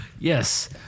Yes